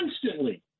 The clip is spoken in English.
constantly